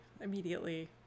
Immediately